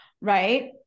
right